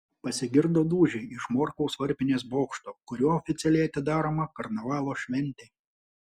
pasigirdo dūžiai iš morkaus varpinės bokšto kuriuo oficialiai atidaroma karnavalo šventė